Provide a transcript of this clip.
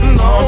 no